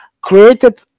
created